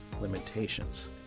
limitations